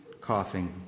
coughing